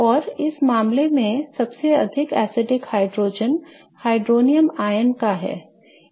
और इस मामले में सबसे अधिक अम्लीय हाइड्रोजन हाइड्रोनियम आयन का है